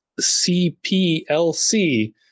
CPLC